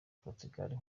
portugal